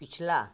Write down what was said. पिछला